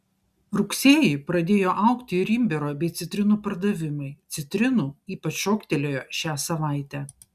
rugsėjį pradėjo augti ir imbiero bei citrinų pardavimai citrinų ypač šoktelėjo šią savaitę